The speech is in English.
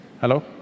Hello